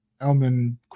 Elman